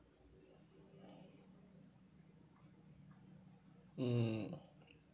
mm